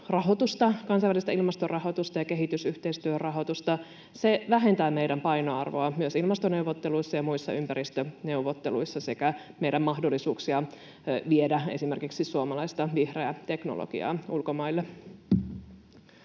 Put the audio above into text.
kansainvälistä ilmastorahoitusta ja kehitysyhteistyörahoitusta. Se vähentää meidän painoarvoa myös ilmastoneuvotteluissa ja muissa ympäristöneuvotteluissa sekä meidän mahdollisuuksia viedä esimerkiksi suomalaista vihreää teknologiaa ulkomaille.